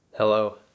Hello